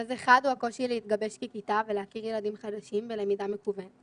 אז האחד זה הקושי להתגבש ככיתה ולהכיר ילדים חדשים בלמידה מקוונת.